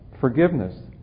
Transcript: forgiveness